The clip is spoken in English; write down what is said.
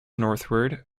northward